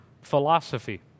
philosophy